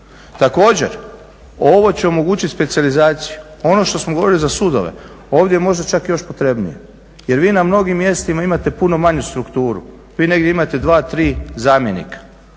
Također, ovo će omogućiti specijalizaciju. Ono što smo govorili za sudove ovdje je možda čak i još potrebnije jer vi na mnogim mjestima imate puno manju strukturu. Vi negdje imate 2, 3 zamjenika.